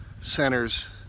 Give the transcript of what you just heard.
centers